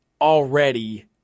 already